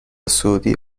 سعودی